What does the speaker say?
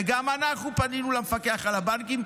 וגם אנחנו פנינו למפקח על הבנקים,